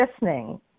listening